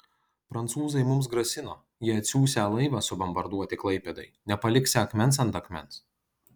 prancūzai mums grasino jie atsiųsią laivą subombarduoti klaipėdai nepaliksią akmens ant akmens